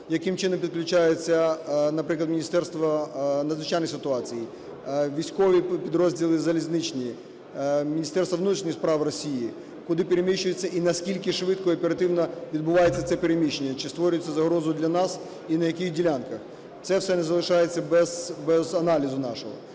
Яким чином підключається, наприклад, Міністерство надзвичайних ситуацій, військові підрозділи залізничні, Міністерство внутрішніх справ Росії? Куди переміщуються і наскільки швидко і оперативно відбувається це переміщення? Чи створює це загрозу для нас і на яких ділянках? Це все не залишається без аналізу нашого.